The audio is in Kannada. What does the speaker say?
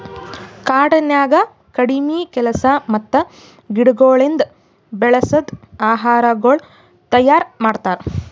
ಕಾಡನ್ಯಾಗ ಕಡಿಮಿ ಕೆಲಸ ಮತ್ತ ಗಿಡಗೊಳಿಂದ್ ಬೆಳಸದ್ ಆಹಾರಗೊಳ್ ತೈಯಾರ್ ಮಾಡ್ತಾರ್